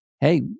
hey